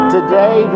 Today